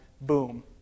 Boom